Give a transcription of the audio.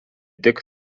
tik